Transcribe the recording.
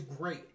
great